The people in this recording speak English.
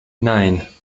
nine